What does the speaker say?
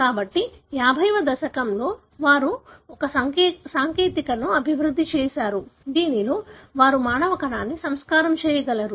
కాబట్టి 50 వ దశకంలో వారు ఒక సాంకేతికతను అభివృద్ధి చేశారు దీనిలో వారు మానవ కణాన్ని సంస్కారం చేయగలరు